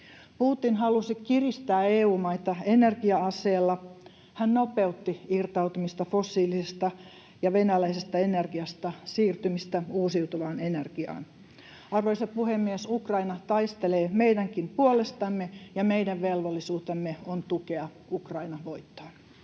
Putin halusi kiristää EU-maita energia-aseella — hän nopeutti irtautumista fossiilisesta ja venäläisestä energiasta ja siirtymistä uusiutuvaan energiaan. Arvoisa puhemies! Ukraina taistelee meidänkin puolestamme, ja meidän velvollisuutemme on tukea Ukraina voittoon.